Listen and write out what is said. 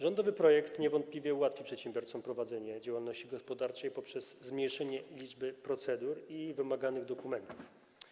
Rządowy projekt niewątpliwie ułatwi przedsiębiorcom prowadzenie działalności gospodarczej poprzez zmniejszenie liczby procedur i wymaganych dokumentów.